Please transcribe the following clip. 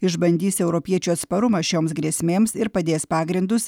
išbandys europiečių atsparumą šioms grėsmėms ir padės pagrindus